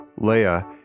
Leia